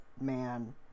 man